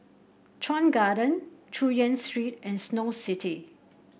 Chuan Garden Chu Yen Street and Snow City